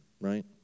right